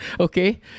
Okay